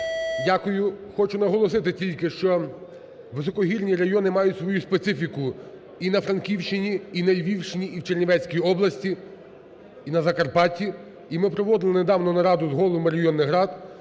Дякую. Хочу наголосити тільки, що високогірні райони мають свою специфіку і на Франківщині, і на Львівщині, і в Чернівецькій області, і на Закарпатті. І ми проводили недавно нараду з головами районних рад,